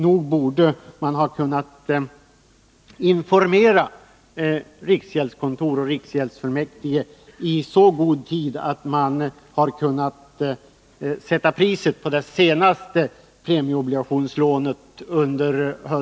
Nog borde man ha kunnat informera riksgäldskontor och riksgäldsfullmäktige i så god tid att man kunnat sätta ett mer realistiskt pris på det senaste premieobligationslånet.